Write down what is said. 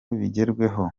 bigerweho